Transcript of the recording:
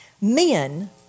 Men